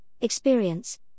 experience